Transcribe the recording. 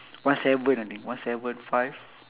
one seven only one seven five